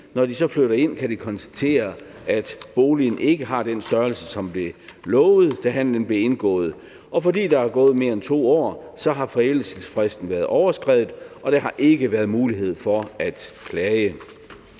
når de så flytter ind, kan de konstatere, at boligen ikke har den størrelse, som blev lovet, da handlen blev indgået, og fordi der er gået mere end 2 år, har forældelsesfristen været overskredet, og der har ikke været mulighed for at klage.